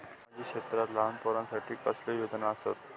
सामाजिक क्षेत्रांत लहान पोरानसाठी कसले योजना आसत?